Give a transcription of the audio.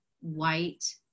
white